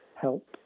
help